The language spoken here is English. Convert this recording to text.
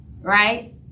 right